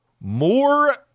more